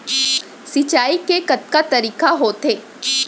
सिंचाई के कतका तरीक़ा होथे?